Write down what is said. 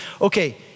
okay